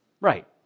Right